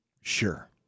Sure